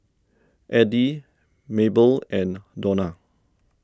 Edie Mabelle and Dona